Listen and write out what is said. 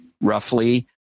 roughly